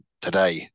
today